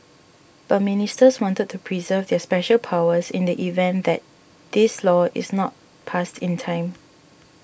but ministers wanted to preserve their special powers in the event that this law is not passed in time